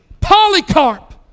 Polycarp